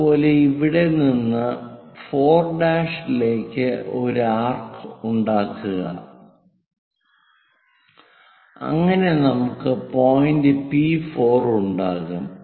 അതുപോലെ ഇവിടെ നിന്ന് 4' ലേക്ക് ഒരു ആർക്ക് ഉണ്ടാക്കുക അങ്ങനെ നമുക്ക് പോയിന്റ് P4 ഉണ്ടാകും